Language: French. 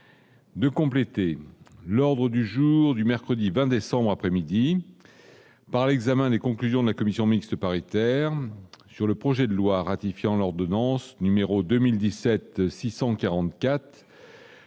de compléter l'ordre du jour du mercredi 20 décembre après-midi par l'examen des conclusions de la commission mixte paritaire sur le projet de loi ratifiant l'ordonnance numéro 2017 644